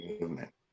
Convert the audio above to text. movement